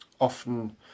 often